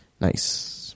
Nice